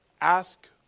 ask